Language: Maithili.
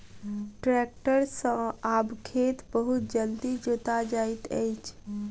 ट्रेक्टर सॅ आब खेत बहुत जल्दी जोता जाइत अछि